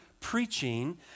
preaching